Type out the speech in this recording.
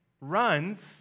runs